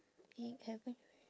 egg haven't try yet